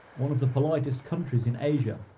one of the politest countries in asia,